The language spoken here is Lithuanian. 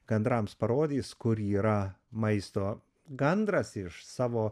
gandrams parodys kur yra maisto gandras iš savo